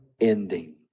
ending